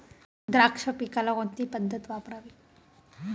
द्राक्ष पिकाला कोणती पद्धत वापरावी?